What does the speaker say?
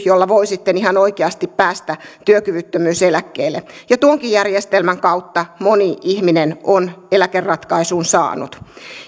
jolla voi sitten ihan oikeasti päästä työkyvyttömyyseläkkeelle ja tuonkin järjestelmän kautta moni ihminen on eläkeratkaisun saanut